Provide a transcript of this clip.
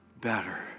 better